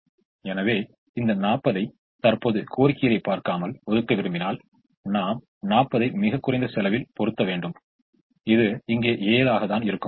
எனவே இந்த 40 ஐ தற்போது கோரிக்கைகளைப் பார்க்காமல் ஒதுக்க விரும்பினால் நாம் 40 ஐ மிகக் குறைந்த செலவில் வைக்க வேண்டும் இது இங்கே 7 ஆக தான் இருக்கும்